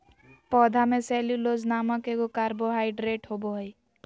पौधा में सेल्यूलोस नामक एगो कार्बोहाइड्रेट होबो हइ